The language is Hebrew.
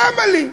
למה לי?